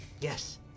yes